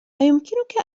أيمكنك